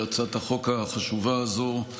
על הצעת החוק החשובה הזו.